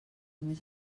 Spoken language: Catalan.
més